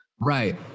Right